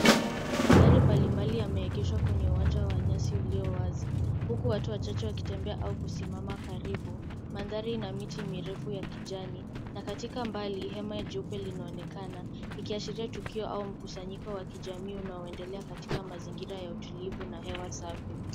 Magari mbalimbali yameegeshwa kwenye uwanja wa nyasi ulio wazi huku watu wachache wakitembea au kusimama karibu. Mandhari ina miti mirefu ya kijani na katika mbali hema jeupe linaonekana. Ikiashiria tukio au mkusanyiko wa kijamii unaoendelea katika mazingira ya utulivu na hewa safi.